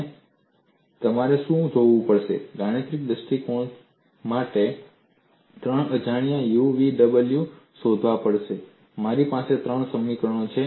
અને તમારે શું જોવું પડશે ગાણિતિક દૃષ્ટિકોણથી મારે ત્રણ અજાણ્યા u v અને w શોધવા પડશે મારી પાસે ત્રણ સમીકરણો છે